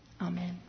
Amen